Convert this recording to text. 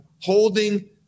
holding